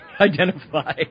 identify